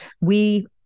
We-